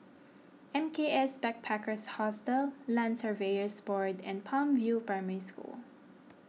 M K S Backpackers Hostel Land Surveyors Board and Palm View Primary School